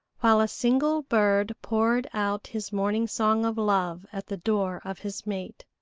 while a single bird poured out his morning song of love at the door of his mate.